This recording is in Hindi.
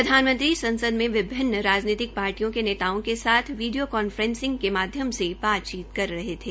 प्रधानमंत्री संसद मे विभिन्न राजनीतिक पार्टियों के नेताओं के साथ वीडियो कांफ्रेसिंग के माध्यम से बातचीत कर रहे थे